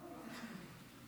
תודה.